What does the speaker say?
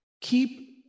Keep